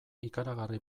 ikaragarri